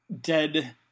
dead